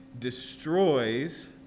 Destroys